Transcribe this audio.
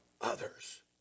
others